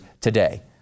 today